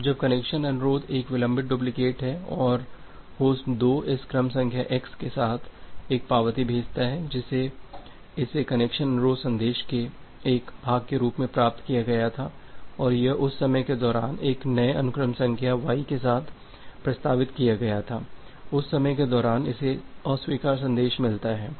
अब जब कनेक्शन अनुरोध एक विलंबित डुप्लिकेट है और होस्ट 2 इस क्रम संख्या x के साथ एक पावती भेजता है जिसे इसे कनेक्शन अनुरोध संदेश के एक भाग के रूप में प्राप्त किया गया था और यह उस समय के दौरान एक नए अनुक्रम संख्या y के साथ प्रस्तावित किया गया था उस समय के दौरान इसे अस्वीकार संदेश मिलता है